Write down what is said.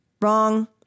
Wrong